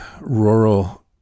rural